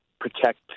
protect